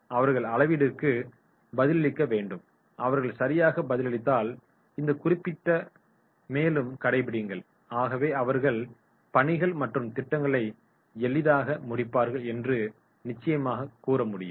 அவர்கள் அளவிடிற்கு பதிலளிக்க வேண்டும் அவர்கள் சரியாக பதிலளித்தால் இந்த குறியீட்டைச் மேலும் கடைபிடியுங்கள் ஆகவே அவர்கள் பணிகள் மற்றும் திட்டங்களை எளிதாக முடிப்பார்கள் என்று நிச்சயமாக கூற முடியும்